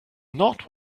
not